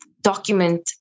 document